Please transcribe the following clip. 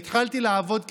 והתחלתי לעבוד כשכיר.